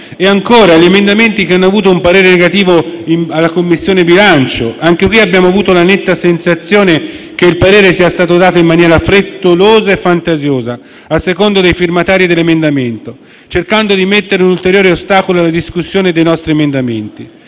riguarda gli emendamenti che hanno ricevuto parere negativo dalla Commissione bilancio, anche in questo caso abbiamo avuto la netta sensazione che il parere sia stato dato in maniera frettolosa e fantasiosa, a seconda dei firmatari dell'emendamento, cercando di mettere un ulteriore ostacolo alla discussione dei nostri emendamenti.